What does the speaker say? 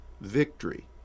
Victory